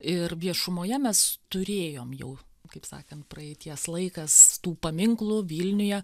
ir viešumoje mes turėjom jau kaip sakant praeities laikas tų paminklų vilniuje